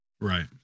Right